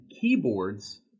keyboards